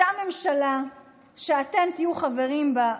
אותה ממשלה שאתם תהיו חברים בה,